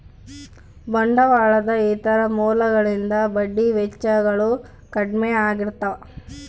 ಬಂಡವಾಳದ ಇತರ ಮೂಲಗಳಿಗಿಂತ ಬಡ್ಡಿ ವೆಚ್ಚಗಳು ಕಡ್ಮೆ ಆಗಿರ್ತವ